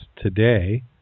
Today